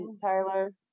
Tyler